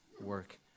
work